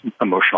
emotional